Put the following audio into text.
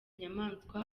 nyamaswa